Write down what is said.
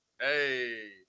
Hey